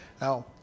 Now